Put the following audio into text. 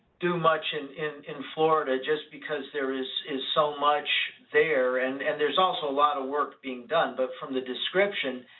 do much in in florida, just because there is is so much there, and and there's also a lot of work being done, but from the description,